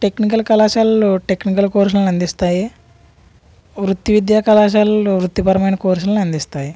technical కళాశాలలు technical కోర్సులను అందిస్తాయి వృత్తి విద్యా కళాశాలలు వృత్తిపరమైన కోర్సులను అందిస్తాయి